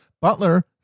butler